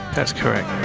that's correct.